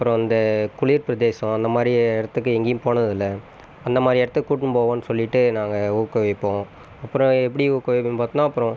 அப்புறம் அந்த குளிர் பிரதேசம் அந்தமாதிரி இடத்துக்கு எங்கேயும் போனது இல்லை அந்தமாதிரி இடத்துக்கு கூட்டினு போவோம் சொல்லிவிட்டு நாங்கள் ஊக்குவிப்போம் அப்புறம் எப்படி ஊக்குவிப்போம் பார்த்தீங்கனா